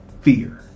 fear